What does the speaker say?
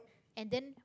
and then